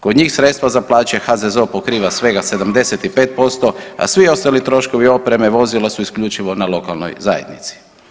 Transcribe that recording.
Kod njih sredstva za plaće HZZO pokriva svega 75%, a svi ostali troškovi opreme, vozila su isključivo na lokalnoj zajednici.